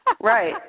Right